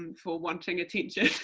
um for wanting attention.